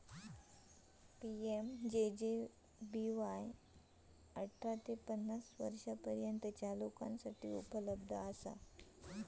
PMJJBY अठरा ते पन्नास वर्षांपर्यंतच्या लोकांसाठी उपलब्ध असा